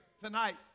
tonight